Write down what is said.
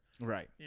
right